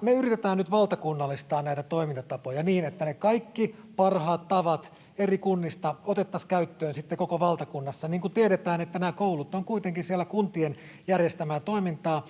Me yritetään nyt valtakunnallistaa näitä toimintatapoja niin, että ne kaikki parhaat tavat eri kunnista otettaisiin käyttöön sitten koko valtakunnassa. Niin kuin tiedetään, nämä koulut ovat kuitenkin kuntien järjestämää toimintaa